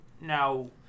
Now